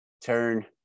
turn